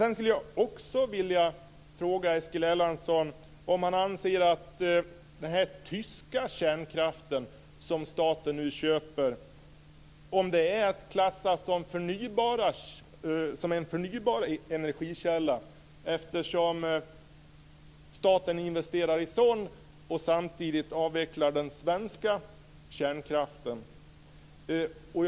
Sedan skulle jag vilja fråga Eskil Erlandsson om han anser att den tyska kärnkraft som staten nu köper är att klassa som en förnybar energikälla, eftersom staten investerar i sådan och samtidigt avvecklar den svenska kärnkraften.